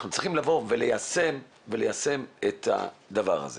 אנחנו צריכים לבוא וליישם את הדבר הזה.